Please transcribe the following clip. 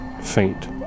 Faint